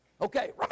Okay